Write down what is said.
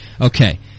Okay